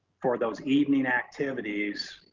for those evening activities,